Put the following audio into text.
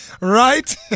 Right